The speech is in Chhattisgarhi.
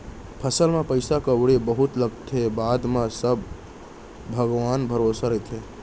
फसल म पइसा कउड़ी बहुत लागथे, बाद म सब भगवान भरोसा रथे